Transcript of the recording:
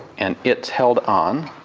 and it's held on